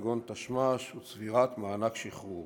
כגון תשמ"ש וצבירת מענק שחרור.